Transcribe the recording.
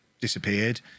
disappeared